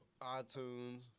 iTunes